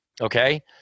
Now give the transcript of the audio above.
okay